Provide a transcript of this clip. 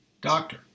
Doctor